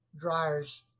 dryers